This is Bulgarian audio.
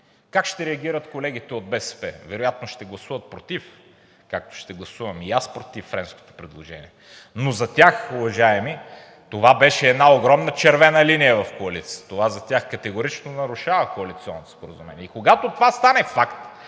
как ще реагират колегите от БСП. Вероятно ще гласуват против, както ще гласувам и аз против френското предложение. Но за тях, уважаеми, това беше една огромна червена линия в коалицията, това за тях категорично нарушава коалиционното споразумение. И когато това стане факт,